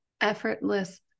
effortless